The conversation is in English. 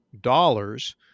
dollars